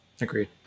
Agreed